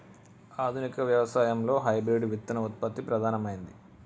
ఆధునిక వ్యవసాయం లో హైబ్రిడ్ విత్తన ఉత్పత్తి ప్రధానమైంది